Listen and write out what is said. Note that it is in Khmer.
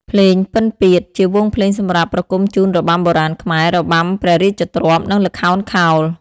ភ្លេងពិណពាទ្យ ជាវង់ភ្លេងសម្រាប់ប្រគំជូនរបាំបុរាណខ្មែរ របាំព្រះរាជទ្រព្យ និងល្ខោនខោល។